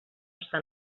està